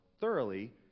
thoroughly